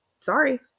Sorry